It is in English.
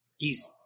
Easy